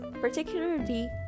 particularly